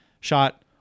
shot